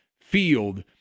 field